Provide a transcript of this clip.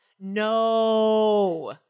no